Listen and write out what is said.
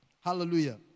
Hallelujah